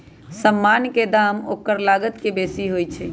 समान के दाम ओकर लागत से बेशी होइ छइ